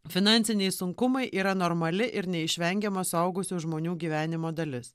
finansiniai sunkumai yra normali ir neišvengiama suaugusių žmonių gyvenimo dalis